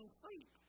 sleep